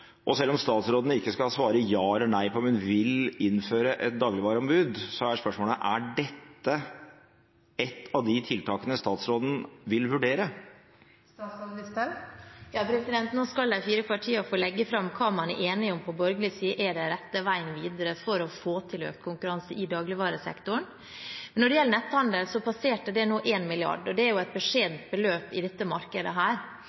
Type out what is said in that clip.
Selv om statsråden ikke skal svare ja eller nei på om hun vil innføre et dagligvareombud, er spørsmålet: Er dette et av de tiltakene statsråden vil vurdere? Nå skal de fire partiene få legge fram hva man på borgerlig side er enig om er den rette veien videre for å få til økt konkurranse i dagligvaresektoren. Når det gjelder netthandelen, passerte den nå 1 mrd. kr. Det er et beskjedent beløp i dette markedet,